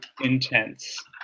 intense